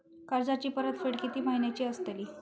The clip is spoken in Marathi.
कर्जाची परतफेड कीती महिन्याची असतली?